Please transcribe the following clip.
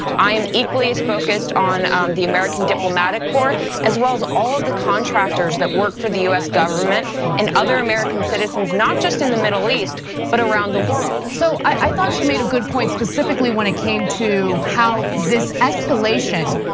i am equally as focused on the american diplomatic corps as well as all the contractors that work for the us government and other american citizens not just in the middle east but around the world. so i thought she made a good point specifically when it came to how this escalation.